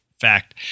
Fact